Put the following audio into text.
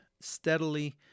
steadily